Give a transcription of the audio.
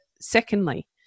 Secondly